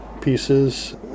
pieces